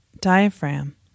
diaphragm